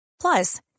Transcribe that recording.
Plus